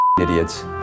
idiots